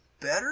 better